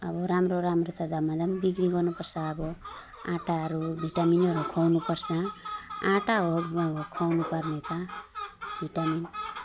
अब राम्रो राम्रो त धमाधम बिक्री गर्नु पर्छ अब आँटाहरू भिटामिनहरू खुवाउनु पर्छ आँटा हो खुवाउनु पर्ने त भिटामिन